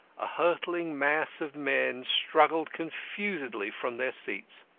a hurtling mass of men struggled confusedly from their seats.